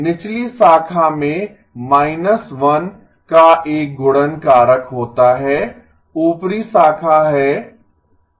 निचली शाखा में 1 का एक गुणन कारक होता है ऊपरी शाखा है R0 E1